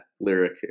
Lyric